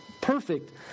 perfect